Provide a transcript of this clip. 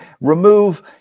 remove